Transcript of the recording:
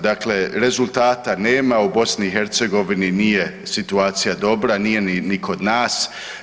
Dakle, rezultata nema, u BiH nije situacija dobra, nije ni kod nas.